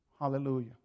Hallelujah